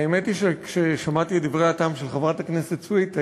האמת היא שכששמעתי את דברי הטעם של חברת הכנסת סויד,